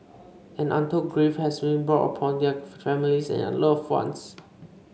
and untold grief has been brought upon their families and loved ones